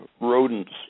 rodents